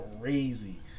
crazy